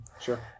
Sure